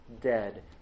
dead